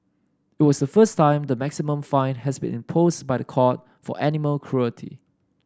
it was a first time the maximum fine has been imposed by the court for animal cruelty